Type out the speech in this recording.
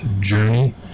journey